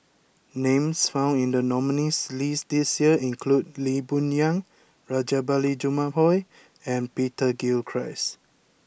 Names found in the nominees' list this year include Lee Boon Yang Rajabali Jumabhoy and Peter Gilchrist